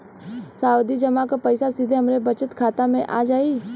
सावधि जमा क पैसा सीधे हमरे बचत खाता मे आ जाई?